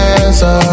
answer